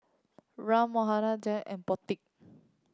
Ram Manohar Janaki and Potti